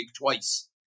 twice